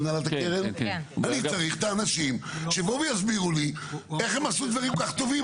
אני צריך שהאנשים יבואו ויסבירו לי איך הם עשו דברים כל כך טובים,